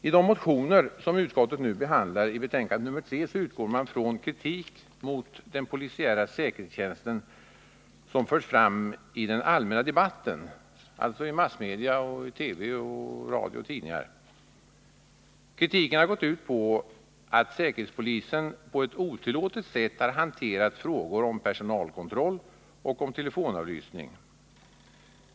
I de motioner utskottet nu behandlar i betänkandet nr 3 utgår man från kritik mot den polisiära säkerhetstjänsten som förts fram i den allmänna debatten, alltså i massmedia, TV, radio och tidningar. Kritiken har gått ut på att säkerhetspolisen på ett otillåtet sätt hanterat frågor om personalkontroll och telefonavlyssning.